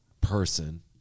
person